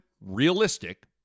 realistic